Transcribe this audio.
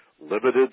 limited